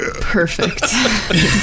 perfect